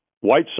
white